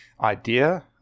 idea